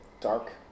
Dark